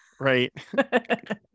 Right